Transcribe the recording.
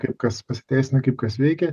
kaip kas pasiteisina kaip kas veikia